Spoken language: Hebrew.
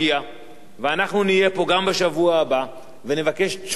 אנחנו נהיה פה גם בשבוע הבא ונבקש תשובות מהשר,